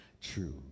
true